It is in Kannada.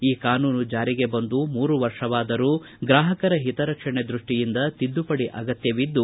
ಈ ಕಾನೂನು ಜಾರಿ ಬಂದು ಮೂರು ವರ್ಷವಾದರೂ ಗ್ರಾಹಕರ ಹಿತರಕ್ಷಣೆ ದೃಷ್ಟಿಯಿಂದ ತಿದ್ದುಪಡಿ ಅಗತ್ಯವಿದ್ದು